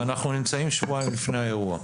ואנחנו נמצאים שבועיים לפני האירוע.